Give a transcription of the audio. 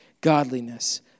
godliness